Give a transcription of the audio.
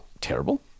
terrible